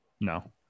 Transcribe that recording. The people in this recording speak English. No